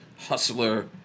hustler